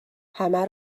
همه